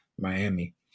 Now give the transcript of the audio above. miami